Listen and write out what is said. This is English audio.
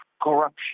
corruption